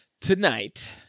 tonight